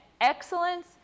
excellence